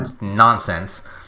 nonsense